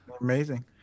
amazing